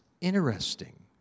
Interesting